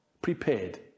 prepared